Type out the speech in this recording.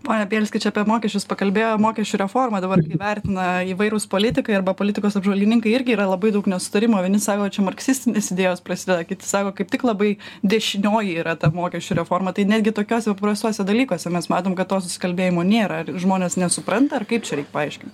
pone bielski čia apie mokesčius pakalbėjo mokesčių reformą dabar įvertina įvairūs politikai arba politikos apžvalgininkai irgi yra labai daug nesutarimų vieni sako kad čia marksistinės idėjos prasideda kiti sako kaip tik labai dešinioji yra ta mokesčių reforma tai netgi tokiuose paprastuose dalykuose mes matom kad to susikalbėjimo nėra žmonės nesupranta ar kaip čia reik paaiškint